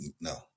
No